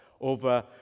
over